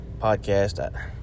podcast